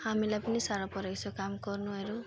हामीलाई पनि साह्रो परेको छ काम गर्नुहरू